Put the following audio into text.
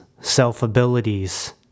self-abilities